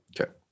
Okay